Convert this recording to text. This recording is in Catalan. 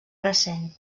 recent